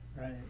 Right